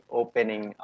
opening